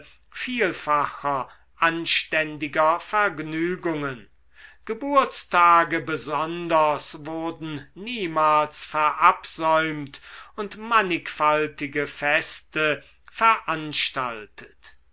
vielfacher anständiger vergnügungen geburtstage besonders wurden niemals verabsäumt und mannigfaltige feste veranstaltet